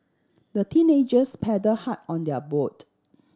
the teenagers paddle hard on their boat